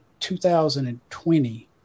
2020